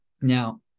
Now